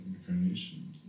incarnation